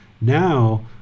Now